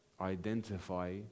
identify